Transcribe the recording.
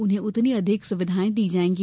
उन्हें उतनी अधिक सुविधायें दी जायेंगी